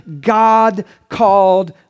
God-called